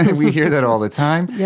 and we hear that all the time, yeah